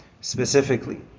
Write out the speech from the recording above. specifically